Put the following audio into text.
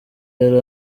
yari